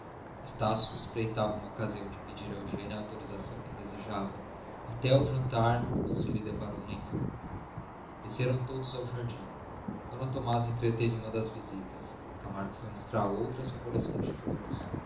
estácio espreitava uma ocasião de pedir a eugênia a autorização que desejava até ao jantar não se lhe deparou nenhuma desceram todos ao jardim d tomásia entreteve uma das visitas camargo foi mostrar à outra a sua coleção de flores